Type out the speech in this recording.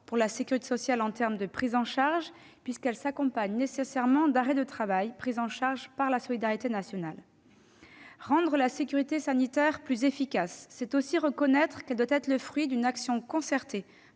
pour la sécurité sociale, puisqu'elle s'accompagne nécessairement d'arrêts de travail pris en charge par la solidarité nationale. Rendre la sécurité sanitaire plus efficace, c'est aussi reconnaître qu'elle doit être le fruit d'une action concertée